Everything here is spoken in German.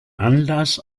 anlass